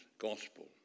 Gospel